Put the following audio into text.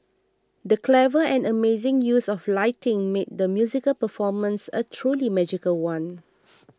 the clever and amazing use of lighting made the musical performance a truly magical one